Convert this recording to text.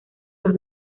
los